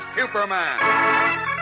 Superman